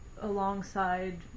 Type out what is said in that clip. alongside